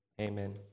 amen